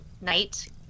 night